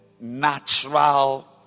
natural